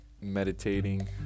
meditating